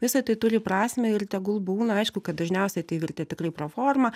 visa tai turi prasmę ir tegul būna aišku kad dažniausiai tai virtę tikrai pro forma